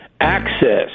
access